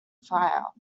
fire